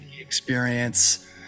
experience